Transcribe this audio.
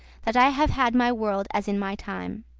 that i have had my world as in my time.